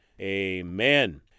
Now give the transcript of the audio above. Amen